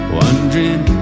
wondering